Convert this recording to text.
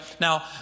Now